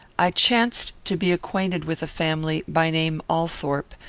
i chanced to be acquainted with a family, by name althorpe,